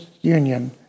Union